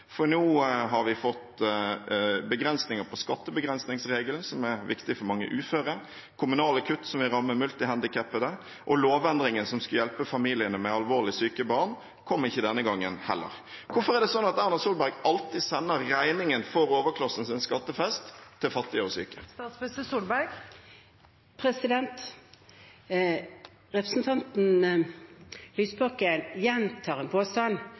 for nå har vi fått begrensninger på skattebegrensningsregelen – som er viktig for mange uføre – kommunale kutt som vil ramme multihandikappede, og lovendringen som skulle hjelpe familiene med alvorlig syke barn, kom ikke denne gangen heller. Hvorfor er det sånn at Erna Solberg alltid sender regningen for overklassens skattefest til fattige og syke? Representanten Lysbakken gjentar en påstand